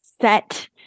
set